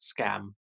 scam